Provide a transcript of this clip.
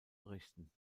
errichten